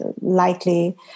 likely